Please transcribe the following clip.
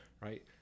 Right